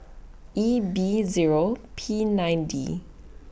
E B Zero P nine D